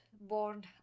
born